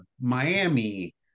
Miami